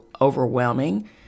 overwhelming